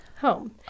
home